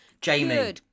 Jamie